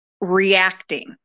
reacting